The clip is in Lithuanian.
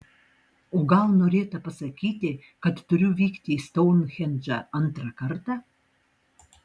o gal norėta pasakyti kad turiu vykti į stounhendžą antrą kartą